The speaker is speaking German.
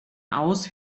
aus